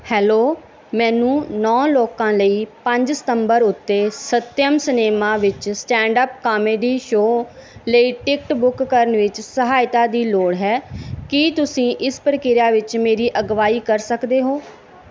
hello ਮੈਨੂੰ ਨੌ ਲੋਕਾਂ ਲਈ ਪੰਜ ਸਤੰਬਰ ਉੱਤੇ ਸੱਤਿਆਮ ਸਿਨੇਮਾ ਵਿਚ ਸਟੈਂਡ ਅੱਪ ਕਾਮੇਡੀ ਸ਼ੋਅ ਲਈ ਟਿਕਟ ਬੁੱਕ ਕਰਨ ਵਿੱਚ ਸਹਾਇਤਾ ਦੀ ਲੋੜ ਹੈ ਕੀ ਤੁਸੀਂ ਇਸ ਪ੍ਰਕਿਰਿਆ ਵਿੱਚ ਮੇਰੀ ਅਗਵਾਈ ਕਰ ਸਕਦੇ ਹੋ